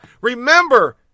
Remember